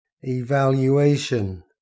evaluation